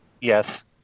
yes